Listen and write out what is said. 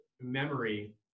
memory